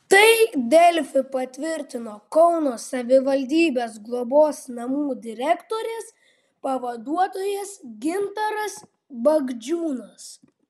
tai delfi patvirtino kauno savivaldybės globos namų direktorės pavaduotojas gintaras bagdžiūnas